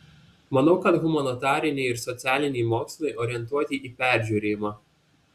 manau kad humanitariniai ir socialiniai mokslai orientuoti į peržiūrėjimą